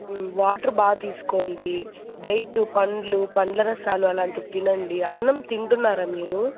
water బాగా తీసుకోండి diet పండ్లు పండ్ల రసాలు అలాంటివి తినండి అన్నం తింటున్నారా మీరు